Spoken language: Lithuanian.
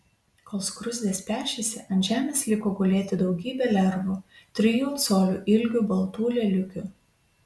kol skruzdės pešėsi ant žemės liko gulėti daugybė lervų trijų colių ilgio baltų lėliukių